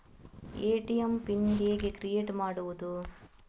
ATM PIN ಹೇಗೆ create ಮಾಡುವುದು?